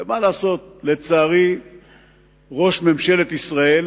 ומה לעשות, לצערי ראש ממשלת ישראל